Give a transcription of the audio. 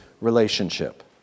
relationship